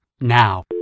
now